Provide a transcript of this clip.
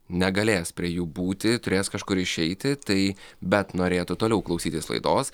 negalės prie jų būti turės kažkur išeiti tai bet norėtų toliau klausytis laidos